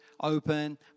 open